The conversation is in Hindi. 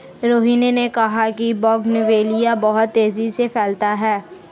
रोहिनी ने कहा कि बोगनवेलिया बहुत तेजी से फैलता है